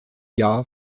jahr